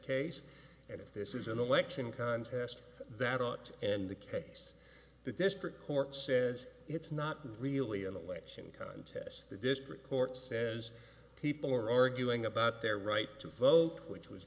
case and if this is an election contest that ought to and the case the district court says it's not really in the way in contests the district court says people are arguing about their right to vote which was